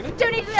don't eat yeah